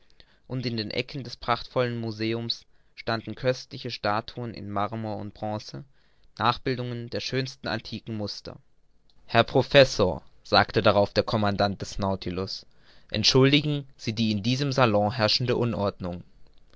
und in den ecken des prachtvollen museums standen köstliche statuen in marmor und bronce nachbildungen der schönsten antiken muster herr professor sagte darauf der commandant des nautilus entschuldigen sie die in diesem salon herrschende unordnung